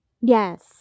Yes